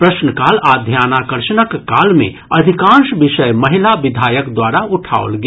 प्रश्नकाल आ ध्यानाकर्षनक काल मे अधिकांश विषय महिला विधायक द्वारा उठाओल गेल